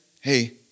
hey